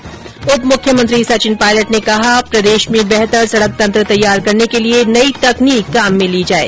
्त उप मुख्यमंत्री सचिन पायलट ने कहा प्रदेश में बेहतर सड़क तंत्र तैयार करने के लिये नई तकनीक काम में ली जाये